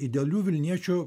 idealių vilniečių